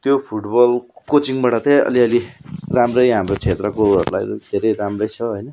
त्यो फुटबल कोचिङबाट चाहिँ अलिअलि राम्रै हाम्रो क्षेत्रकोहरूलाई धेरै राम्रै छ होइन